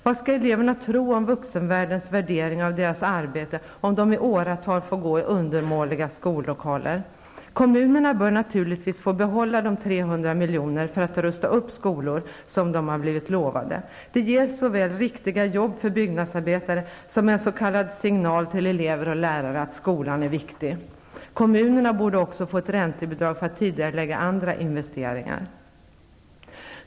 Vad skall eleverna tro om vuxenvärldens värdering av deras arbete om de i åratal får gå i undermåliga skollokaler? Det ger såväl riktiga jobb för byggnadsarbetare som en s.k. signal till elever och lärare att skolan är viktig. Kommunerna borde också få ett räntebidrag för att tidigarelägga andra investeringar.